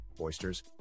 oysters